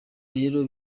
rero